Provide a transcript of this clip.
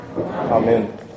Amen